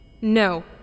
No